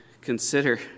consider